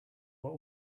what